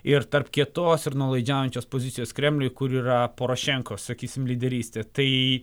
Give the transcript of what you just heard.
ir tarp kietos ir nuolaidžiaujančios pozicijos kremliuj kur yra porošenkos sakysim lyderystė tai